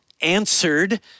answered